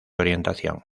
orientación